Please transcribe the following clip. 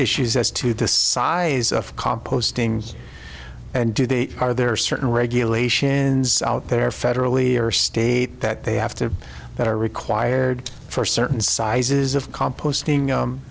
issues as to the size of composting and do they are there are certain regulations out there federally or state that they have to that are required for certain sizes of composting